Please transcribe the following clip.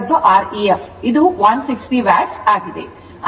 ಹಾಗಾಗಿ ಇದು 160 Watt ಆಗಿದೆ